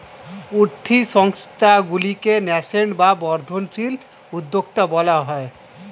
উঠতি সংস্থাগুলিকে ন্যাসেন্ট বা বর্ধনশীল উদ্যোক্তা বলা হয়